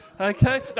Okay